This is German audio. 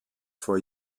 vor